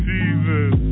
Jesus